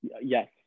Yes